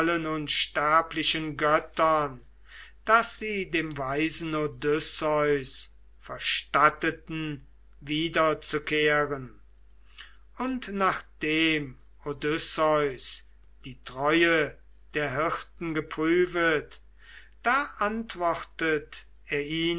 unsterblichen göttern daß sie dem weisen odysseus verstatteten wiederzukehren und nachdem odysseus die treue der hirten geprüfet da antwortet